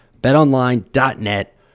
BetOnline.net